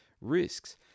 risks